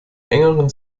engeren